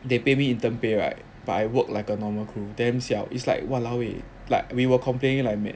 they pay me intern pay right but I work like a normal crew damn siao it's like !walao! eh like we were complaining like mad